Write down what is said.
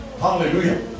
Hallelujah